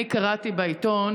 אני קראתי בעיתון